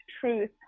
truth